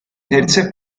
terze